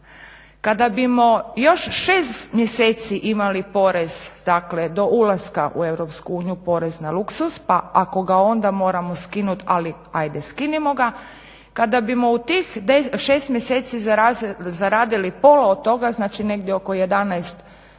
Kada bimo još 6 mjeseci imali porez dakle do ulaska u Europsku uniju porez na luksuz, pa ako ga onda moramo skinuti, ali ajde skinimo ga, kada bimo u tih 6 mjeseci zaradili pola od toga, znači negdje oko 11 milijuna